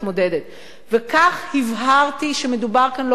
וכך הבהרתי שלא מדובר כאן בנושא ייחודי.